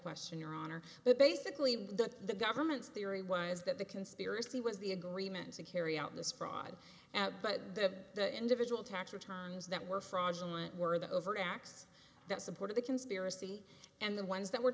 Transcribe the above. question your honor but basically the government's theory was that the conspiracy was the agreement to carry out this fraud now but that individual tax returns that were fraudulent were the overt acts that supported the conspiracy and the ones that were